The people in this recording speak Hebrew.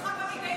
יצחק עמית,